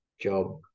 job